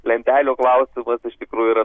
lentelių klausimas iš tikrųjų yra